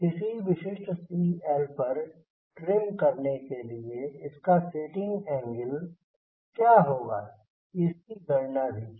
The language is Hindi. किसी विशिष्ट CL पर ट्रिम करने के लिए इसका टेल सेटिंग एंगल क्या होगा इसकी गणना भी की